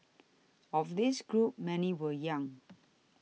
of this group many were young